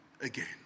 again